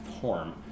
form